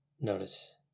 Notice